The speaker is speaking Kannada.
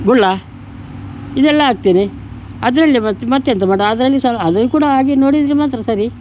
ಗುಳ್ಳ ಇದೆಲ್ಲ ಹಾಕ್ತೇನೆ ಅದರಲ್ಲಿ ಮತ್ತು ಮತ್ತೆಂತ ಮಾಡೋದು ಅದ್ರಲ್ಲಿ ಸಹ ಅದು ಕೂಡಾ ಹಾಗೆ ನೋಡಿದರೆ ಮಾತ್ರ ಸರಿ